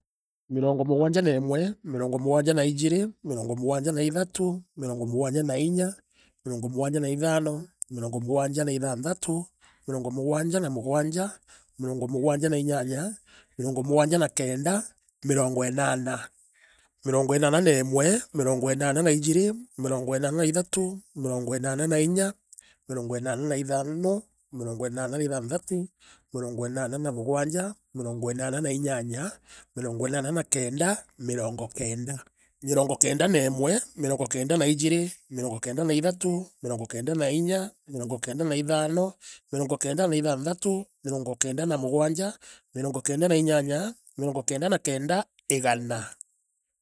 Mirongo mugwanja na imwe, mirongo mugwanja na ijiiri, mirongo mugwanja na ithatu. mirongo mugwanja na inya, mirongo mugwanja na ithano, mirongo mugwanja na ithanthatu, mirongo mugwanja na mugwanja, mirongo mugwanja na inyanya. mirongo mugwanja na kenda. mirongo inana, mirongo inana na imwe. mirongo inana na ijiiri, mirongo inana na ithatu, mirongo inana na inya. mirongo inana na ithano, mirongo inana na ithanthatu, mirongo inana na mugwanja. mirongo inana na inyanya, mirongo inana na kenda, mirongo kenda, mirongo kenda na imwe, mirongo kenda na ijiri, mirongo kenda na ithatu. mirongo kenda na inya, mirongo kenda na ithano, mirongo kenda na ithanthatu, mirongo kenda na mugwanja, mirongo kenda na inyanya, mirongo kenda na kenda, igana.